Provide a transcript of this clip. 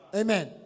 amen